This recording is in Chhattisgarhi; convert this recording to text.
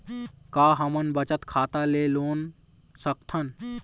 का हमन बचत खाता ले लोन सकथन?